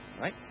right